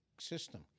system